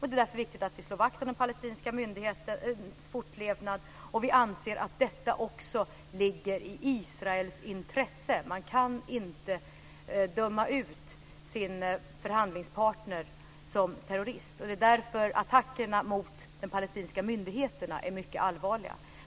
Det är därför viktigt att vi slår vakt om den palestinska myndighetens fortlevnad, och vi anser också att detta ligger i Israels intresse. Man kan inte döma ut sin förhandlingspartner som terrorist, och det är därför som attackerna mot de palestinska myndigheterna är mycket allvarliga.